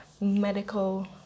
medical